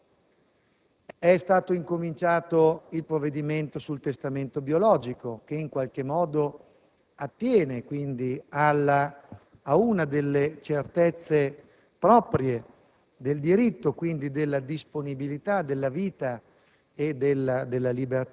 termine: è stato iniziato l'esame del provvedimento sui DICO (è lì, se ne discute un po', un passo avanti, un passo indietro, avanti tutta, poi si va in piazza, poi si torna indietro);